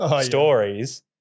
stories